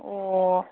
ꯑꯣ